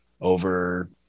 over